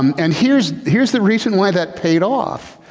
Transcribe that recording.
um and here's here's the reason why that paid off.